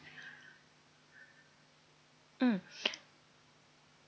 mm